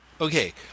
Okay